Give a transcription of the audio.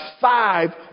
Five